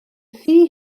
thŷ